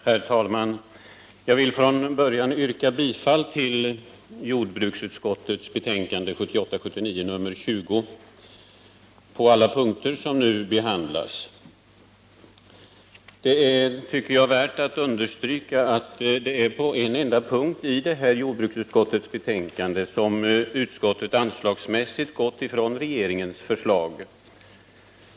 Herr talman! Jag vill från början yrka bifall till jordbruksutskottets betänkande 1978/79:20 på alla punkter utom vad gäller punkten 45, Miljövårdsforskning. Det är, tycker jag, värt att understryka att det är på denna enda punkt i jordbruksutskottets betänkande som utskottet anslagsmässigt gått ifrån regeringens förslag.